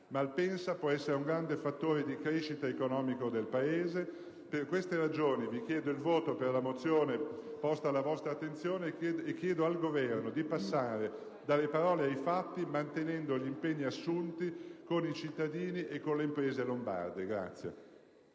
Malpensa può essere un grande fattore di crescita economica del Paese. Per queste ragioni, vi chiedo il voto per la mozione posta alla vostra attenzione e chiedo al Governo di passare dalle parole ai fatti mantenendo gli impegni assunti con i cittadini e le imprese lombarde.